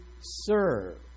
serve